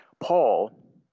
Paul